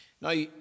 Now